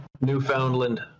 Newfoundland